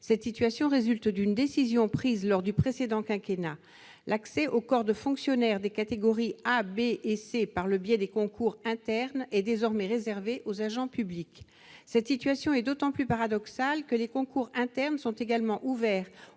cette situation résulte d'une décision prise lors du précédent quinquennat. L'accès aux corps de fonctionnaires des catégories A, B et C par le biais des concours internes est donc désormais réservé aux agents publics. Cette situation est d'autant plus paradoxale que les concours internes sont ouverts